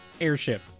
airship